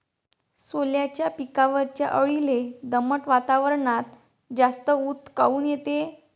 सोल्याच्या पिकावरच्या अळीले दमट वातावरनात जास्त ऊत काऊन येते?